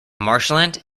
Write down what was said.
marshland